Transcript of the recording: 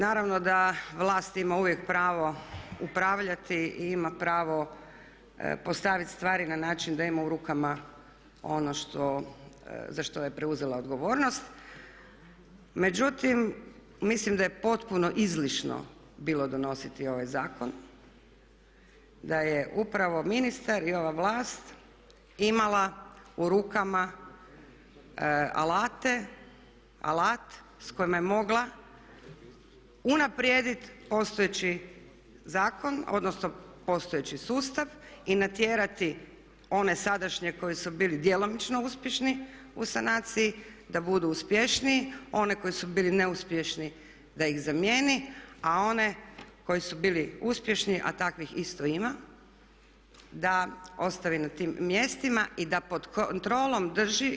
Naravno da vlast ima uvijek pravo upravljati i ima pravo postaviti stvari na način da ima u rukama ono za što je preuzela odgovornost međutim mislim da je potpuno izlišno bilo donositi ovaj zakon, da je upravo ministar i ova vlast imala u rukama alat s kojim je mogla unaprijediti postojeći zakon odnosno postojeći sustav i natjerati one sadašnje koji su bili djelomično uspješni u sanaciji da budu uspješniji, one koji su bili neuspješni da ih zamijeni a one koji su bili uspješni a takvih isto ima da ostave na tim mjestima i da pod kontrolom drži.